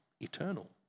eternal